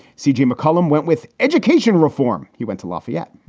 c j. mccullum went with education reform. he went to lafayette.